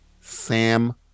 Sam